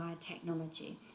technology